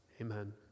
Amen